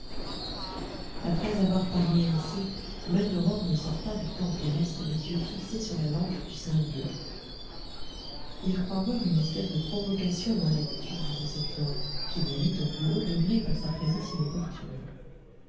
après avoir parlé ainsi maldoror ne sort pas du temple et reste les yeux fixés sur la lampe du saint lieu il croit voir une espèce de provocation dans l'attitude de cette lampe qui l'irrite au plus haut degré par sa présence inopportune